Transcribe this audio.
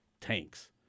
tanks